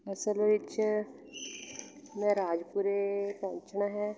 ਅਸਲ ਵਿੱਚ ਮੈਂ ਰਾਜਪੁਰੇ ਪਹੁੰਚਣਾ ਹੈ